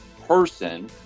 person